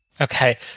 Okay